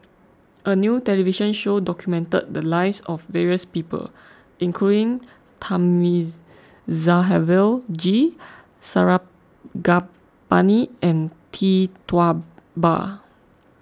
a new television show documented the lives of various people including Thamizhavel G Sarangapani and Tee Tua Ba